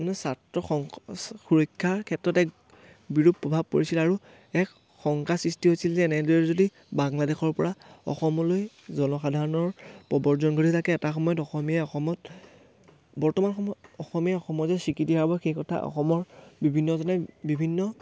ছাত্ৰ সং সুৰক্ষাৰ ক্ষেত্ৰত এক বিৰূপ প্ৰভাৱ পৰিছিল আৰু এক শংকা সৃষ্টি হৈছিল যে এনেদৰে যদি বাংলাদেশৰ পৰা অসমলৈ জনসাধাৰণৰ প্ৰৱৰ্জন ঘটি থাকে এটা সময়ত অসমীয়াই অসমত বৰ্তমান সময়ত অসমীয়াই অসম যে স্বীকৃতি হোৱাৰ সেই কথা অসমৰ বিভিন্নজনে বিভিন্ন